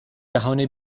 جهان